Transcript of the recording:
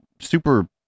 super